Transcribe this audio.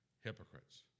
hypocrites